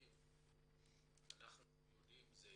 אנחנו יודעים שזה